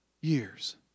years